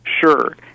Sure